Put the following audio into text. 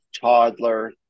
Toddler